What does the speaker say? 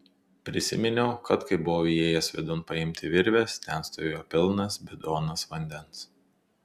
prisiminiau kad kai buvau įėjęs vidun paimti virvės ten stovėjo pilnas bidonas vandens